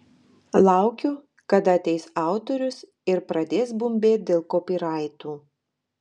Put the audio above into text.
laukiu kada ateis autorius ir pradės bumbėt dėl kopyraitų